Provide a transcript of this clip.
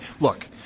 Look